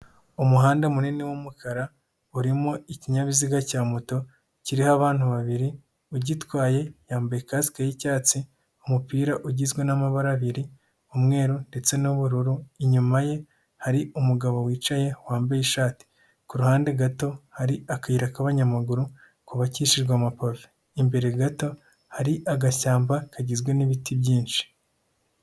Umuhanda munini w'umukara urimo ikinyabiziga cya moto kiriho abantu babiri ugitwaye yambaye kasike y'icyatsi umupira ugizwe n'amabara abiri umweru ndetse n'ubururu, inyuma ye hari umugabo wicaye wambaye ishati ku ruhande gato hari akayira k'abanyamaguru kubakishijwe amapave imbere gato hari agashyamba kagizwe n'ibiti byinshi.